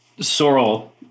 Sorrel